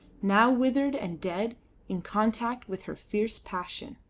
now withered and dead in contact with her fierce passion.